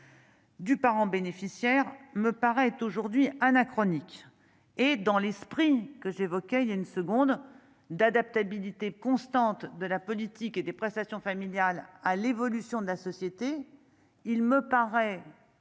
Du parent bénéficiaire me paraît aujourd'hui anachronique et dans l'esprit que j'évoquais il y a une seconde d'adaptabilité constante de la politique et des prestations familiales à l'évolution de la société, il me paraît